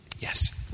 Yes